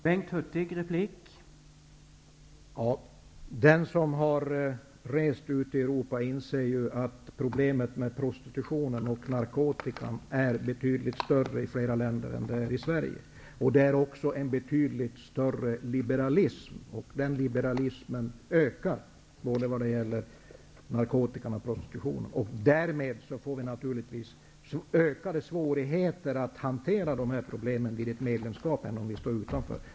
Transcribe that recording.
Herr talman! Den som har rest ute i Europa inser att problemen med prostitution och narkotika är betydligt större i flera andra länder, än i Sverige. Liberalism är också betydligt större, och den liberalism ökar både när det gäller narkotika och när det gäller prostitution. Vid ett medlemskap får vi därmed naturligtvis ökade svårigheter att hantera dessa problem, än om vi står utanför.